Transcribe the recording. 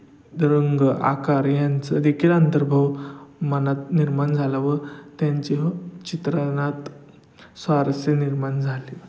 रंग आकार यांचा देखील अंतर्भाव मनात निर्माण झाला व त्यांच्या चित्रणात स्वारस्य निर्माण झालं